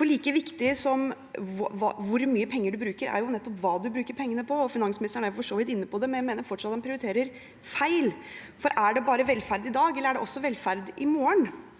Like viktig som hvor mye penger man bruker, er nettopp hva man bruker pengene på. Finansministeren er for så vidt inne på det, men jeg mener fortsatt at han prioriterer feil, for er det bare velferd i dag, eller er det også velferd i morgen?